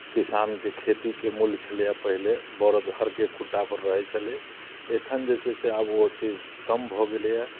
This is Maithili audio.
किसानके खेतीके मूल्य छलैए पहिने बड़द हरके खुट्टापर रहै छलै एखन जे छै से आब ओ चीज कम भऽ गेलैए